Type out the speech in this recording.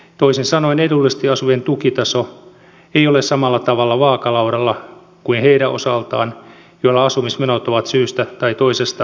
toisin sanottuna edullisesti asuvien tukitaso ei ole samalla tavalla vaakalaudalla kuin heidän osaltaan joilla asumismenot ovat syystä tai toisesta korkeammat